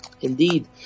Indeed